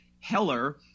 Heller